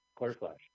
Quarterflash